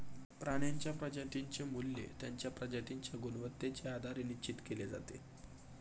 प्राण्यांच्या प्रजातींचे मूल्य त्यांच्या प्रजातींच्या गुणवत्तेच्या आधारे निश्चित केले जाते